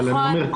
אבל אני אומר,